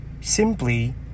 simply